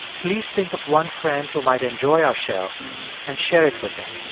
please think of one friend who might enjoy our show and share it with them.